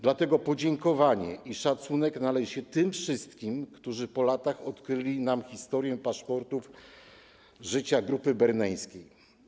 Dlatego podziękowanie i szacunek należą się tym wszystkim, którzy po latach odkryli nam historię paszportów życia grupy berneńskiej.